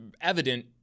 evident